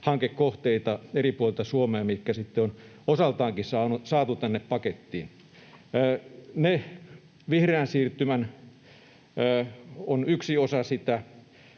hankekohteita eri puolilta Suomea, mitkä sitten on osaltaan saatu myös tänne pakettiin. Vihreä siirtymä on yksi osa sitä.